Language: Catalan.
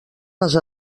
les